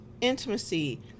intimacy